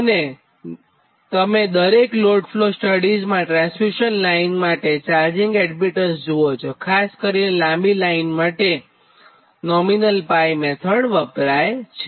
તોતમે દરેક load flow સ્ટડીઝમાં transmission line માટે ચાર્જિંગ એડમીટન્સ જુઓ છો ખાસ કરીને લાંબી લાઇન માટે નોમિનલ 𝜋 મેથડ વપરાય છે